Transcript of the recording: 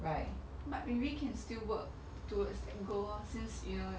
but we we can still work towards the goal since you know